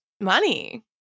money